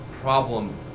problem